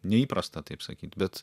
neįprasta taip sakyt bet